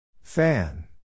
Fan